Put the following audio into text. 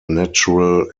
natural